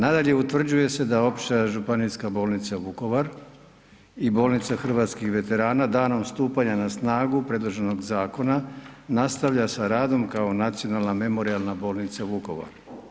Nadalje, utvrđuje se da Opća županijska bolnica Vukovar i bolnica hrvatskih veterana danom stupanja na snagu predloženog zakona nastavlja sa radom kao Nacionalna memorijalna bolnica Vukovar.